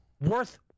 worth